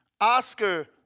Oscar